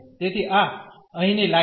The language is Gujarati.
તેથી આ અહીંની લાઇન છે